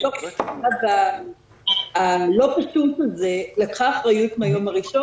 בתוך הדבר הלא פשוט הזה לקחה אחריות מן היום הראשון